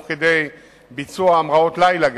גם תוך כדי ביצוע המראות לילה,